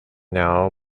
now